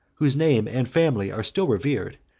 whose name and family are still revered,